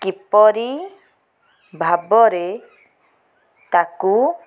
କିପରି ଭାବରେ ତାକୁ